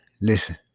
Listen